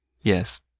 Yes